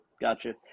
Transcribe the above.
Gotcha